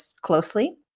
closely